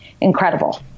incredible